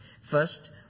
First